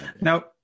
Now